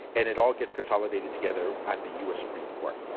and it all gets consolidated together at the u. s. supreme court.